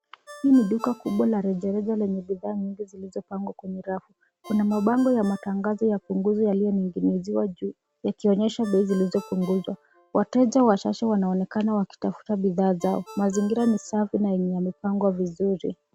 Hii ni duka kubwa la rejareja lenye bidhaa nyingi zilizo pangwa kwenye rafu. Kuna mabango la matangazo ya punguzo yaliyo ning'inizwa juu yakionyesha bei zilizo punguzwa. Wateja wachache wanaonekane wakitafuta bidhaa zao. Mazingira ni safi na yenye yamepangwa vizuri.